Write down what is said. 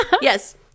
Yes